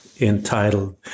entitled